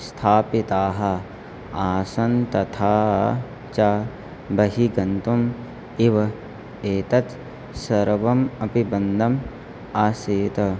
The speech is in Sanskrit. स्थापिताः आसन् तथा च बहिः गन्तुम् इव एतत् सर्वम् अपि बन्धम् आसीत्